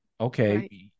Okay